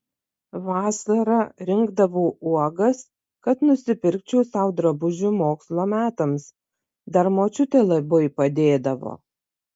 vasara rinkdavau uogas kad nusipirkčiau sau drabužių mokslo metams dar močiutė labai padėdavo